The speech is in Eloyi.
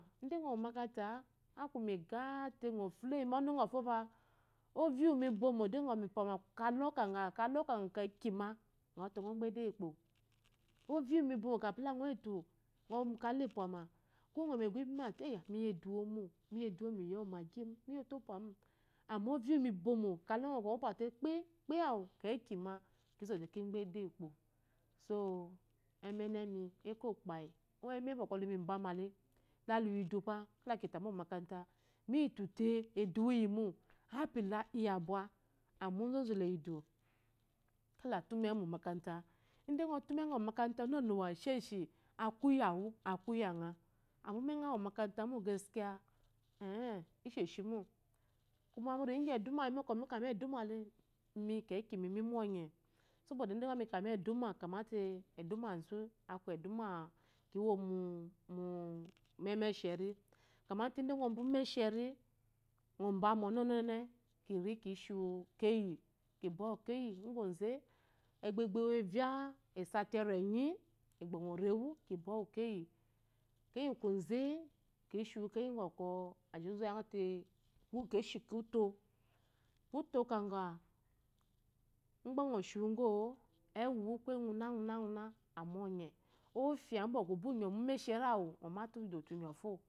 aku mega te ku fuleyi mu ɔnu fo fa, ovya ayi mu bomo de ba agɔpa kalo kangha, keki ma mi gbedu yi ukpo, ovya uyi mu bomo kami langɔ yifu kalɔ pwama, ko ngɔ yimu egbo bima te mi yi eduwo miyi omagi ofapwa mu, amma ovya uyi mu bimo kalo bɔ ngu pwa le gbekpe kei ma izɔte in gbede yi ukpo so emene mi ekȯkpayi, ko eme mba luyi mbamale la lu yi dufa kala kitaba omakarata, miyiti te eduwo iyi mo, apula iyaabwa amma azozu leyi idu kala ta umewu mu omakata. Ide ngɔ ta umengɔ mu omakata onunuwa esheshi aku lya wu aku iyangha, amma umengɔ qwa omakarata mo gaskiya eh-eh lesheshi mo. kuma mu riyi igi eduma mako mika meduma le, imi kikemi mi monye saboda ida gba meka meduma kamate eduma zu aku eduma kiwo mu-mu mesheri kamate omba umesheri, ngɔ ɔmbawu onenene kiri ki shiwu keyi ki bwawu keyi ngoze, igbe gbe ewo evya esati erenye ngɔ rewu ki bwawu keyi, keyi ngoze ki sheyi ngɔ kwɔ ajiri oyate ngwu ko shi kuto-kotu kanga, imgba ngɔ shi wu go-o ewu kuye ngunaguna amonye, ofya umbuko unyɔ mu umeshere awu ngɔ male udo le unyɔ fo.